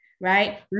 right